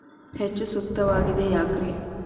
ಹೆಚ್ಚು ಸೂಕ್ತವಾಗಿದೆ ಯಾಕ್ರಿ?